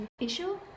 issue